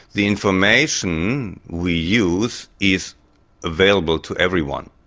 the information we use is available to everyone.